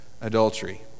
adultery